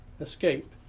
escape